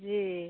जी